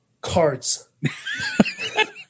Cards